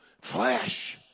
Flesh